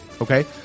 Okay